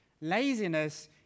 Laziness